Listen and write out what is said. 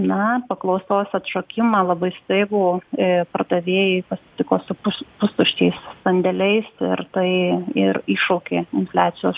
na paklausos atšokimą labai staigų į pardavėjai pasitiko su pusč pustuščiais sandėliais ir tai ir iššaukė infliacijos